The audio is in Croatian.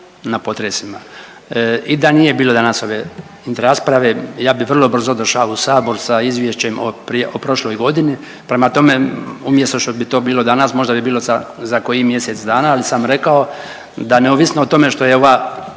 na potresima i da nije bilo danas ove rasprave, ja bih vrlo brzo došao u Sabor sa izvješćem o prije, o prošloj godini, prema tome, umjesto što bi to bilo danas, možda bi bilo za koji mjesec dana, ali sam rekao da neovisno o tome što je ova